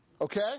Okay